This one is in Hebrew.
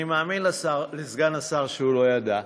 אני מאמין לסגן השר שהוא לא ידע,